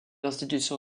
institution